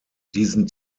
diesen